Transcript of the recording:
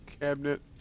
cabinet